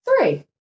three